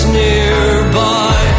nearby